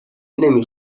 نمی